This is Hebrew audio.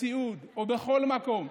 בסיעוד או בכל מקום,